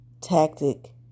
tactic